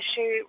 issue